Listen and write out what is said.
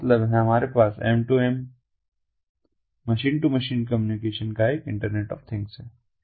इसका मतलब है हमारे पास M 2 M machine to machine communication का इंटरनेट ऑफ थिंग्स है